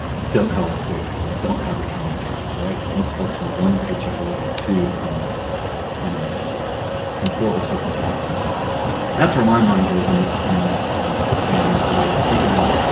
hollow savings don't have retirement counts. right most folks are one paycheck away or two from you know from horrible circumstances that's where my mind goes in this in this this day and age today if i think about